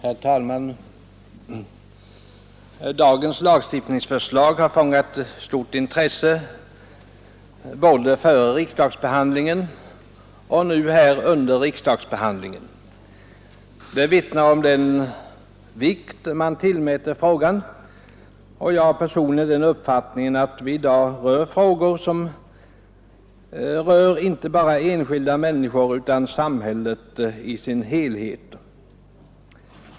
Herr talman! Det lagstiftningsförslag vi nu diskuterar har fångat stort intresse både före och under riksdagsbehandlingen. Detta vittnar om den vikt man tillmäter frågan. Jag har personligen den uppfattningen att vi nu behandlar frågor som berör inte bara enskilda människor utan samhället i dess helhet.